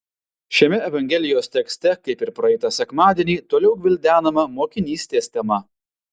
šiame evangelijos tekste kaip ir praeitą sekmadienį toliau gvildenama mokinystės tema